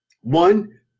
One